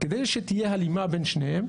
כדי שתהיה הלימה בין שניהם,